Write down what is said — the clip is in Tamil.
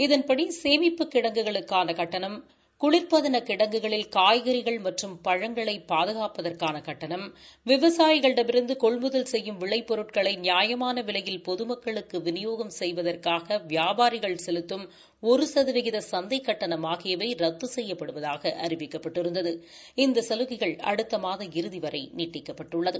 இதன்படி சேமிப்பு கிடங்குகளுக்கான கட்டணம் குளிர்பதன கிடங்குகளில் காய்கறிகள் மற்றும் பழங்களை பாதுனப்பதற்கான கட்டணம் விவசாயிகளிடமிருந்து கொள்முதல் செய்யும் விளை பொருட்களை நியாயமான விலையில் பொதுமக்களுக்கு விநியோகம் செய்வதற்காக வியாபாரிகள் செலுத்தும் ஒரு சதவீத சந்தை கட்டணம் ஆகியவை ரத்து செய்யப்படுவதாக அறிவிக்கப்பட்டிருந்த சலுகைகள் அடுத்த மாதம் இறுதி வரை நீட்டிக்கப்பட்டுள்ளது